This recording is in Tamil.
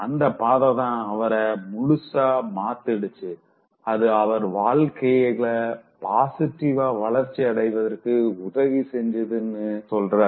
அந்தப் பாததா அவர முழுசா மாத்திடுச்சு அது அவர் வாழ்க்கைல பாசிட்டிவா வளர்ச்சி அடைவதற்கு உதவி செஞ்சதுனு சொல்றாரு